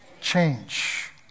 change